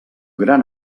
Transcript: gran